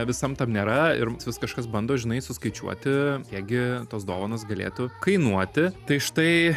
visam tam nėra ir vis kažkas bando žinai suskaičiuoti kiekgi tos dovanos galėtų kainuoti tai štai